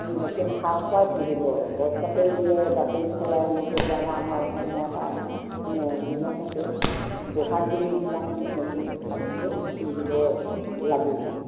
নতুন সাজ পাৰ পিন্ধিব গছ পাতে বোলে বাকলি সলায় সেইকাৰণে আমাৰ অসমীয়া এটা নিয়ম নিয়ম আছে ব'হাগ বিহুৰ দিনাখন নতুন সাজ পাৰ পিন্ধিব লাগে বুলি